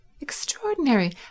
Extraordinary